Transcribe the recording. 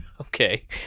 Okay